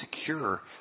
secure